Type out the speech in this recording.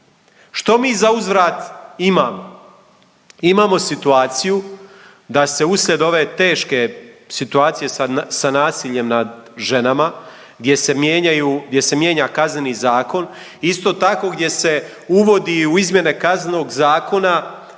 Što mi zauzvrat imamo? Imamo situaciju da se uslijed ove teške situacije sa nasiljem nad ženama gdje se mijenjaju, gdje se mijenja Kazneni zakon, isto tako gdje se uvodi u izmjene Kaznenog zakona